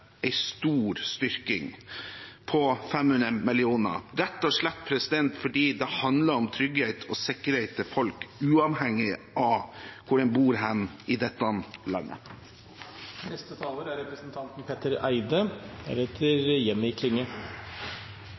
stor styrking, på 500 mill. kr, rett og slett fordi det handler om trygghet og sikkerhet for folk, uavhengig av hvor man bor hen i dette landet. Det er riktig som foregående taler